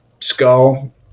skull